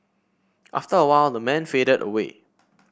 after a while the man faded away